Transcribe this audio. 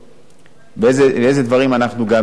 ואיזה דברים אנחנו גם עושים,